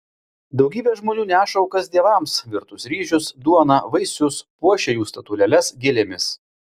daugybė žmonių neša aukas dievams virtus ryžius duoną vaisius puošia jų statulėles gėlėmis